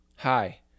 Hi